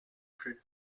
plus